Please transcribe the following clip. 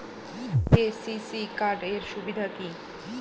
KCC card এর সুবিধা কি?